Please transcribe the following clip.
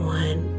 one